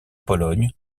pologne